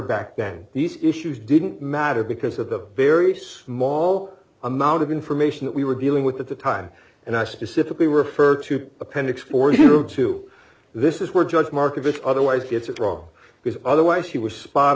back then these issues didn't matter because of the very small amount of information that we were dealing with at the time and i specifically referred to appendix four you know two this is where judge markovitch otherwise gets it wrong because otherwise he was spot